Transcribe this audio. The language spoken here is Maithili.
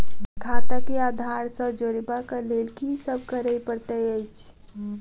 खाता केँ आधार सँ जोड़ेबाक लेल की सब करै पड़तै अछि?